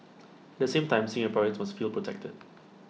the same time Singaporeans must feel protected